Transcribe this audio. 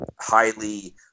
highly